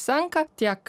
senka tiek